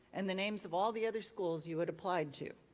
and the names of all the other schools you had applied to.